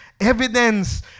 evidence